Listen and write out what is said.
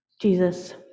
Jesus